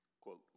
quote